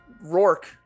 Rourke